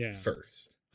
first